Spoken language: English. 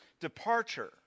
departure